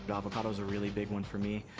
but avocados are really big one for me.